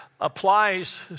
applies